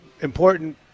Important